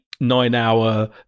nine-hour